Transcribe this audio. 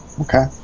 Okay